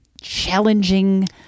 challenging